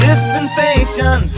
Dispensation